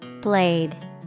Blade